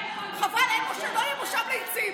חבל, שלא יהיה מושב לצים.